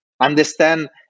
understand